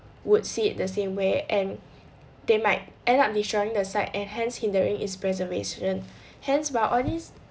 would see it the same way and they might end up destroying the site and hence hindering its preservation hence by all these